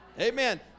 Amen